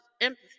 empathy